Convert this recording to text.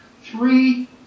Three